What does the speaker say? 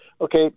Okay